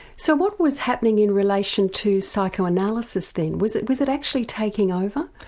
so what was happening in relation to psychoanalysis then, was it was it actually taking over?